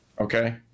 Okay